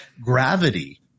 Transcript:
gravity